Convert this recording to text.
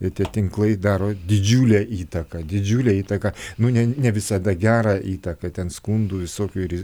tie tinklai daro didžiulę įtaką didžiulę įtaką nu ne ne visada gerą įtaką ten skundų visokių ir